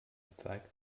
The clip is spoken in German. gezeigt